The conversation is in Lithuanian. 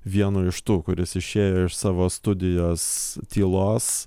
vienu iš tų kuris išėjo iš savo studijos tylos